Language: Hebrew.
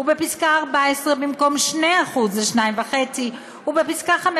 ובפסקה (14) במקום 2% יהיה 2.5%, ובפסקה (15)